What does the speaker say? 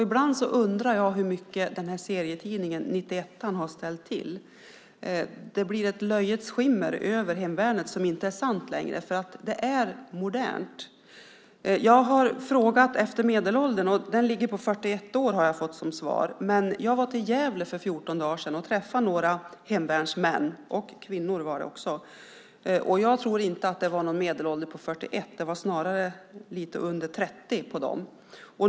Ibland undrar jag hur mycket serietidningen 91:an har ställt till med. Det blir ett löjets skimmer över hemvärnet, som inte längre är sant. Hemvärnet är modernt. Jag har frågat efter medelåldern och fått som svar att den ligger på 41 år. Men jag var till Gävle för 14 dagar sedan och träffade några hemvärnsmän och kvinnor. Jag tror inte att det var någon medelålder på 41 år där; den var snarare lite under 30.